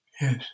yes